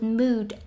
mood